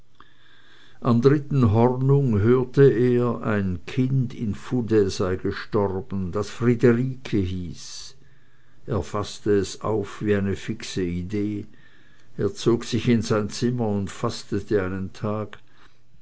am hornung hörte er ein kind in fouday sei gestorben das friederike hieß er faßte es auf wie eine fixe idee er zog sich in sein zimmer und fastete einen tag